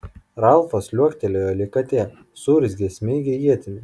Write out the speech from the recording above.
ralfas liuoktelėjo lyg katė suurzgęs smeigė ietimi